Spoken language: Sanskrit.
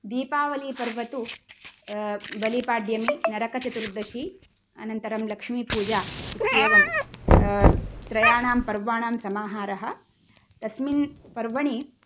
दीपावलिपर्व तु बलिपाड्यमी नरकचतुर्दशी अनन्तरं लक्ष्मीपूजा इत्येवं त्रयाणां पर्वणां समाहारः तस्मिन् पर्वणि